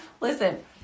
listen